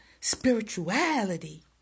spirituality